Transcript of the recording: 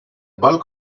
bulk